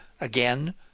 again